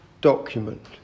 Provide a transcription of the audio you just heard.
document